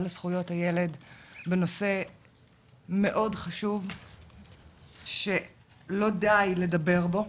לזכויות הילד בנושא מאוד חשוב שלא די לדבר בו.